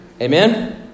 Amen